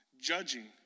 Judging